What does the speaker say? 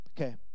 Okay